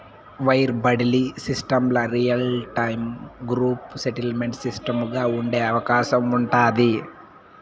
wire బడిలీ సిస్టమ్ల real time group settlement సిస్టముగా ఉండే అవకాశం ఉండాది